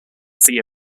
sea